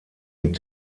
mit